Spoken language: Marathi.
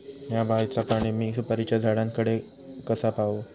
हया बायचा पाणी मी सुपारीच्या झाडान कडे कसा पावाव?